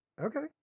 Okay